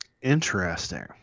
Interesting